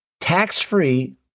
tax-free